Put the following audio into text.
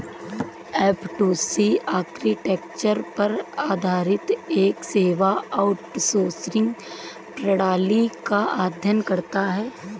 F two C architecture पर आधारित एक सेवा आउटसोर्सिंग प्रणाली का अध्ययन करता है